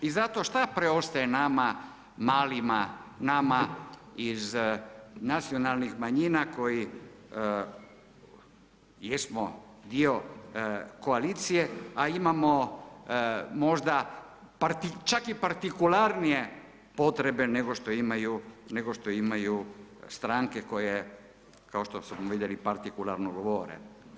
I zato šta preostaje nama malima, nama iz nacionalnih manjina koji jesmo dio koalicije a imamo možda čak i partikularnije potrebe nego što imaju stranke kao što smo vidjeli partikularno govore.